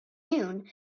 noon